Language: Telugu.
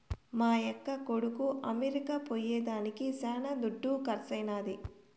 మా యక్క కొడుకు అమెరికా పోయేదానికి శానా దుడ్డు కర్సైనాది